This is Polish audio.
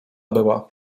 była